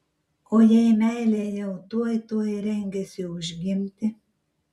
o jei meilė jau tuoj tuoj rengėsi užgimti